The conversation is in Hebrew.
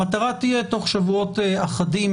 המטרה תהיה שתוך שבועות אחדים,